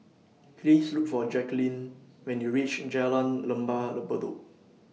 Please Look For Jacquline when YOU REACH Jalan Lembah Bedok